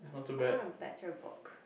I want a better book